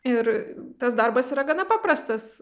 ir tas darbas yra gana paprastas